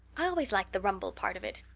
i always like the rumble part of it.